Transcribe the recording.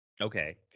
Okay